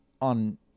on